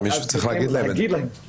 אז צריכים להגיד להם את זה.